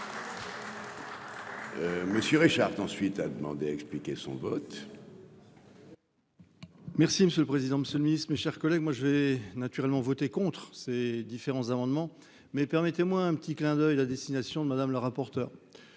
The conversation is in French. Monsieur Richard ensuite a demandé, a expliqué son vote. Merci monsieur le président, Monsieur le Ministre, mes chers collègues, moi j'ai naturellement voté contre ces différents amendements mais permettez-moi un petit clin d'oeil à destination de Madame le rapporteur